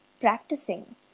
practicing